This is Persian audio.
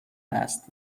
است